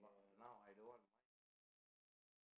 but now I don't want my children to be that way